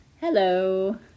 Hello